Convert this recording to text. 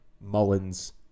Mullins